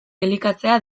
elikatzea